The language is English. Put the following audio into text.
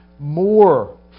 More